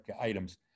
items